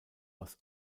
was